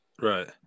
Right